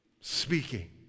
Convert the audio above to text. speaking